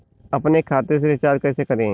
अपने खाते से रिचार्ज कैसे करें?